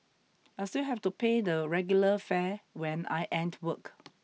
I still have to pay the regular fare when I end work